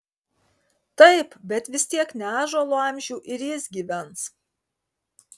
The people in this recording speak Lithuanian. taip bet vis tiek ne ąžuolo amžių ir jis gyvens